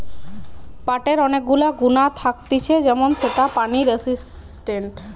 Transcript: পাটের অনেক গুলা গুণা থাকতিছে যেমন সেটা পানি রেসিস্টেন্ট